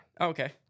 okay